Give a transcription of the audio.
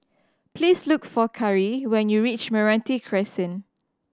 please look for Kari when you reach Meranti Crescent